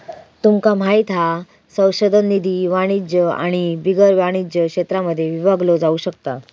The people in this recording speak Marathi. तुमका माहित हा संशोधन निधी वाणिज्य आणि बिगर वाणिज्य क्षेत्रांमध्ये विभागलो जाउ शकता